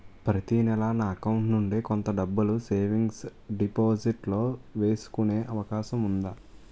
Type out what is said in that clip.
ప్రతి నెల నా అకౌంట్ నుండి కొంత డబ్బులు సేవింగ్స్ డెపోసిట్ లో వేసుకునే అవకాశం ఉందా?